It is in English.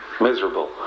miserable